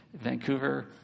vancouver